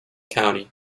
county